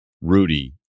Rudy